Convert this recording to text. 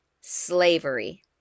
slavery